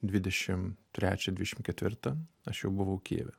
dvidešimt trečią dvidešimt ketvirtą aš jau buvau kijeve